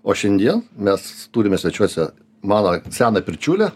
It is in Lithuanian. o šiandien mes turime svečiuose malai seną pirčiulę